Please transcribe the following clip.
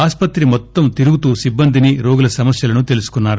ఆసుపత్రి మొత్తం తిరుగుతు సిబ్బందిని రోగుల సమస్యలు తెలుసుకున్నారు